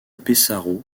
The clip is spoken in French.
pesaro